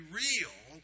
real